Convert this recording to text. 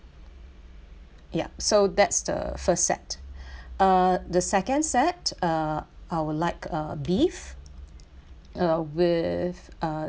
ya so that's the first set uh the second set uh I would like a beef uh with uh